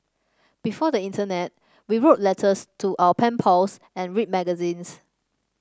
before the internet we wrote letters to our pen pals and read magazines